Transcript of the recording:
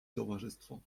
towarzystwo